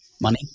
money